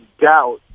doubt